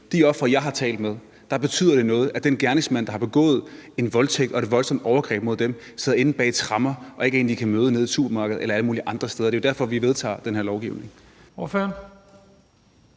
de ofre, jeg har talt med, betyder det noget, at den gerningsmand, der har begået en voldtægt og et voldsomt overgreb mod dem, sidder inde bag tremmer og ikke er en, de kan møde nede i supermarkedet eller alle mulige andre steder, og det er jo derfor, vi vedtager den her lovgivning.